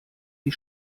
die